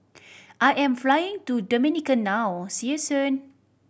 I am flying to Dominica now see you soon